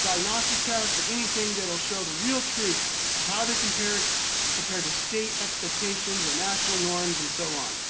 diagnostic test or anything that'll show the real truth of how they compare compare to state expectations and national norms and so on.